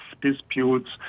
disputes